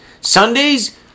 Sundays